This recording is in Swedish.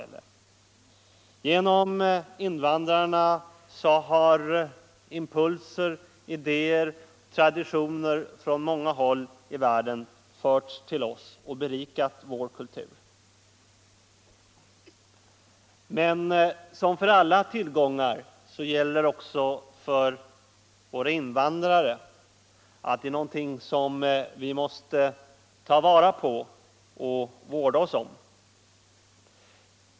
Genom invandrarna har impulser, idéer och traditioner från många håll i världen förts till oss och berikat vår kultur. För alla tillgångar gäller att man måste ta vara på och vårda dem -— det gäller även i fråga om våra invandrare.